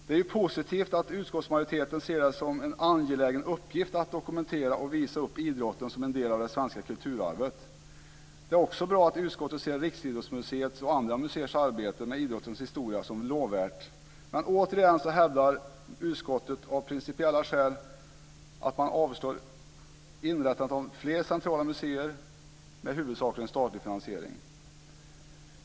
Det är positivt att utskottsmajoriteten ser det som en angelägen uppgift att dokumentera och visa upp idrotten som en del av det svenska kulturarvet. Det är också bra att utskottet ser Riksidrottsmuseets och andra museers arbete med idrottens historia som lovvärt. Men återigen avstyrker utskottet av principiella skäl framlagda förslag om inrättandet av fler centrala museer med huvudsakligen statlig finansiering.